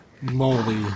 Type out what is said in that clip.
moly